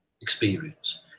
experience